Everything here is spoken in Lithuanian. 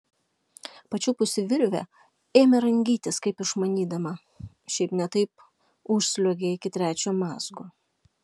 pačiupusi virvę ėmė rangytis kaip išmanydama šiaip ne taip užsliuogė iki trečio mazgo